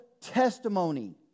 Testimony